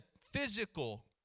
physical